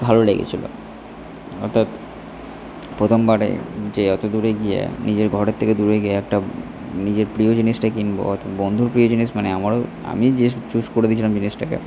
ভালো লেগেছিলো অর্থাৎ প্রথমবারে যে এতো দূরে গিয়ে নিজের ঘরের থেকে দূরে গিয়ে একটা নিজের প্রিয় জিনিসটা কিনবো অর্থাৎ বন্ধুর প্রিয় জিনিস মানে আমারও আমি যেহেতু চুস করে দিয়েছিলাম জিনিসটাকে